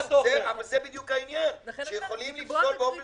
זה בדיוק העניין, שיכולים לפסול באופן שרירותי.